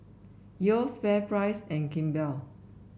Yeo's FairPrice and Kimball